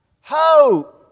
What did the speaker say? hope